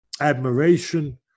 admiration